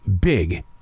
big